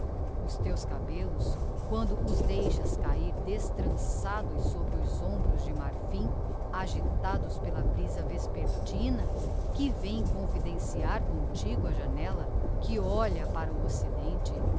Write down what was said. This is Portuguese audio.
os teus cabellos quando os deixas cair destrançados sobre os hombros de marfim agitados pela brisa vespertina que vem confidenciar comtigo á janella que olha para o occidente